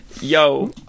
Yo